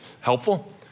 Helpful